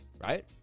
right